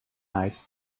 night